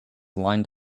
lined